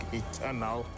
eternal